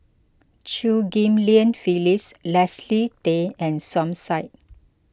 Chew Ghim Lian Phyllis Leslie Tay and Som Said